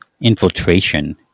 infiltration